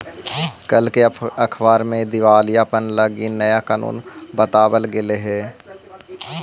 कल के अखबार में दिवालापन लागी नया कानून बताबल गेलई हे